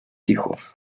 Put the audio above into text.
hijos